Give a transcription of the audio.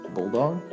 Bulldog